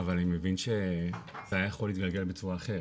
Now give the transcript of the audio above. אבל אני מבין שזה היה יכול להתגלגל בצורה אחרת,